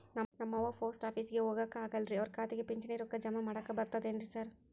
ನಮ್ ಅವ್ವ ಪೋಸ್ಟ್ ಆಫೇಸಿಗೆ ಹೋಗಾಕ ಆಗಲ್ರಿ ಅವ್ರ್ ಖಾತೆಗೆ ಪಿಂಚಣಿ ರೊಕ್ಕ ಜಮಾ ಮಾಡಾಕ ಬರ್ತಾದೇನ್ರಿ ಸಾರ್?